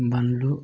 बानलु